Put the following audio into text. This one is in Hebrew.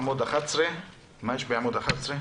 עמוד 11. מה יש בעמוד 11?